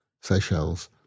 Seychelles